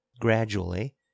Gradually